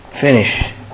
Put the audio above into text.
Finish